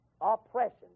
Oppression